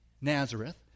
Nazareth